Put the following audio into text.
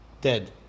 dead